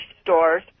stores